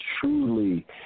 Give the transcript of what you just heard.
truly